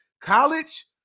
College